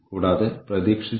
കൂടാതെ പ്രവർത്തന വീക്ഷണം